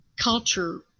culture